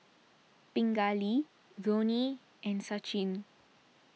Pingali Dhoni and Sachin